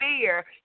fear